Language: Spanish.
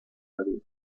radio